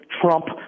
trump